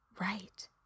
Right